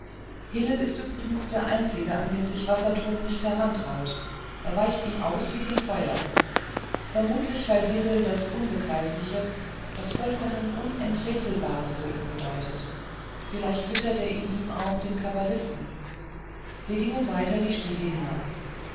hillel ist übrigens der einzige an den sich wassertrum nicht herantraut er weicht ihm aus wie dem feuer vermutlich weil hillel das unbegreifliche das vollkommen unenträtselbare für ihn bedeutet vielleicht wittert er in ihm auch den kabbalisten wir gingen bereits die stiegen hinab